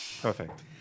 Perfect